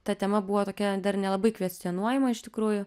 ta tema buvo tokia dar nelabai kvestionuojama iš tikrųjų